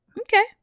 Okay